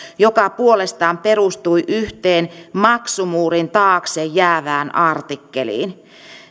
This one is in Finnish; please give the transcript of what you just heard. joka puolestaan perustui yhteen maksumuurin taakse jäävään artikkeliin